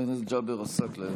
חבר הכנסת ג'אבר עסאקלה,